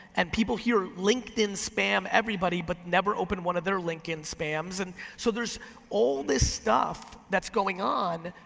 and people here, linkedin spam everybody but never open one of their linkedin spams. and so there's all this stuff that's going on,